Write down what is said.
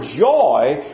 joy